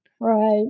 Right